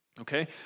Okay